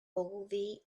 ogilvy